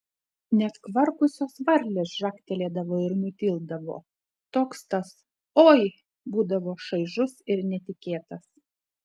net kvarkusios varlės žagtelėdavo ir nutildavo toks tas oi būdavo šaižus ir netikėtas